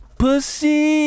pussy